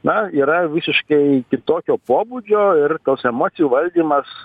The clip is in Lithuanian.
na yra visiškai kitokio pobūdžio ir tos emocijų valdymas